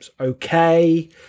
okay